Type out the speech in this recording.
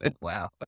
Wow